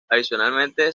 adicionalmente